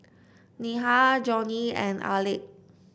Neha Johnie and Aleck